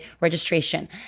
registration